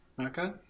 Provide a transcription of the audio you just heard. Okay